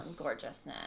gorgeousness